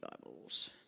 Bibles